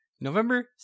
november